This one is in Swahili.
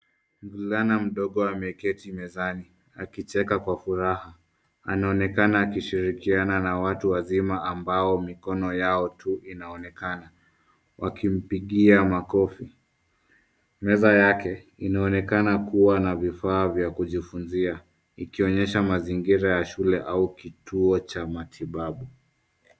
Mvulana mdogo ameketi mezani, akicheka kwa furaha anaonekaa akishirikiana na watu wa wasima ambayo mkono yao tu inaonekana wakipikia makofi. Meza yake, inaonekana kuwa na vifaa vya kujifunzia, ikionyesha mazingira ya shule au kituo cha matibabu.